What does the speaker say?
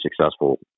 successful